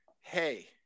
hey